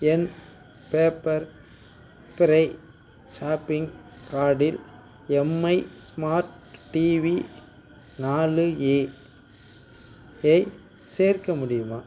என் Pepperfry shopping கார்ட்டில் Mi smart TV நாலு A I சேர்க்க முடியுமா